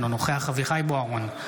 אינו נוכח אביחי אברהם בוארון,